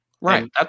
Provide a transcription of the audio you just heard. Right